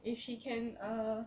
if she can err